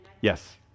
Yes